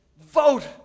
Vote